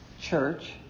church